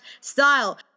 style